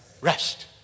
rest